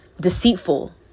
deceitful